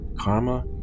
karma